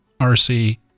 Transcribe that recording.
rc